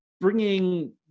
bringing